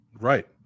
Right